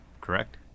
correct